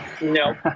No